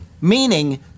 meaning